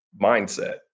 mindset